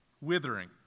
withering